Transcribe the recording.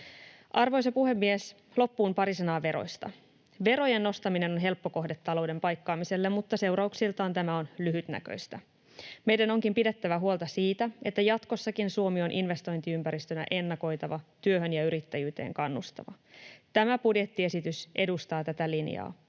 Arvoisa puhemies! Loppuun pari sanaa veroista: Verojen nostaminen on helppo kohde talouden paikkaamiselle, mutta seurauksiltaan tämä on lyhytnäköistä. Meidän onkin pidettävä huolta siitä, että jatkossakin Suomi on investointiympäristönä ennakoitava, työhön ja yrittäjyyteen kannustava. Tämä budjettiesitys edustaa tätä linjaa.